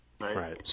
right